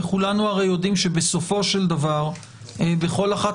וכולנו הרי יודעים שבסופו של דבר בכל אחת